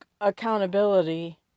accountability